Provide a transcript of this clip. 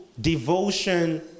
devotion